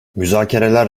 müzakereler